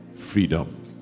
freedom